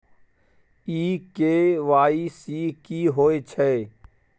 इ के.वाई.सी की होय छै?